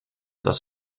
das